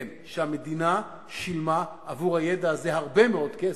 כן, והמדינה שילמה עבור הידע הזה הרבה מאוד כסף,